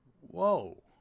whoa